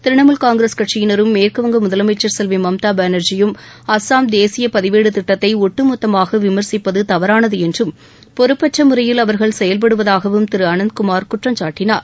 திரிணமுல் காங்கிரஸ் கட்சியினரும் மேற்குவங்க முதலமைச்சர் செல்வி மம்தா பானர்ஜியும் அஸ்ஸாம் தேசிய பதிவேடு திட்டத்தை ஒட்டுமொத்தமாக விமர்சிப்பது தவறானது என்றும் பொறுப்பற்ற முறையில் அவர்கள் செயல்படுவதாகவும் திரு அனந்த் குமார் குற்றம் சாட்டினார்